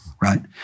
right